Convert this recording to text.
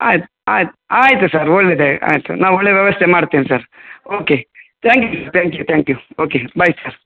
ಆಯ್ತು ಆಯ್ತು ಆಯಿತು ಸರ್ ಒಳ್ಳೆದೆ ಆಯಿತು ನಾ ಒಳ್ಳೆ ವ್ಯವಸ್ಥೆ ಮಾಡ್ತಿನಿ sir okay thank you thank you thank you okay bye sir